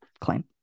claim